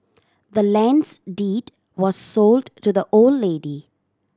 the land's deed was sold to the old lady